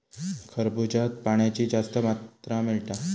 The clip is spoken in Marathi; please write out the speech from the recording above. खरबूज्यात पाण्याची जास्त मात्रा मिळता